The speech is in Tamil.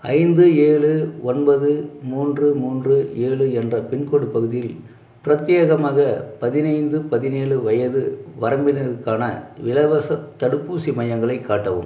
ஐந்து ஏழு ஒன்பது மூன்று மூன்று ஏழு என்ற பின்கோட் பகுதியில் பிரத்யேகமாக பதினைந்து பதினேழு வயது வரம்பினருக்கான இலவசத் தடுப்பூசி மையங்களை காட்டவும்